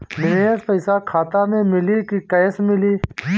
निवेश पइसा खाता में मिली कि कैश मिली?